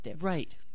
Right